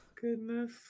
Goodness